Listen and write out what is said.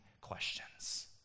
questions